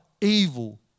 evil